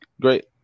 great